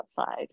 outside